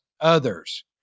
others